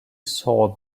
saw